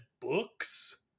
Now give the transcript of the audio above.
books